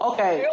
Okay